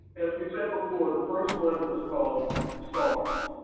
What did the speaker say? as we said before, the first one was called sars